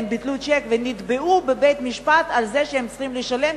והם נתבעו בבית-משפט על זה שהם צריכים לשלם,